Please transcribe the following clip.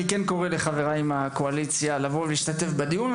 אני כן קורא לחברי מהקואליציה לבוא ולהשתתף בדיון.